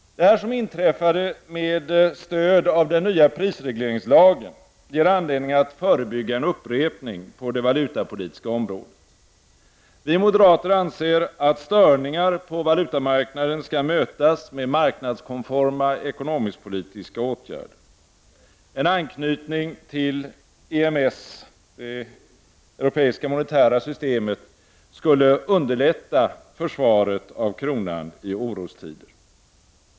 Det som inträffade med stöd av den nya prisregleringslagen ger anledning att förebygga en upprepning på det valutapolitiska området. Vi moderater anser att störningar på valutamarknaden skall mötas med marknadskonforma ekonomisk-politiska åtgärder. En anknytning till EMS — det europeiska monetära systemet — skulle underlätta försvaret av kronan i orostider.